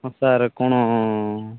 ହଁ ସାର୍ କ'ଣ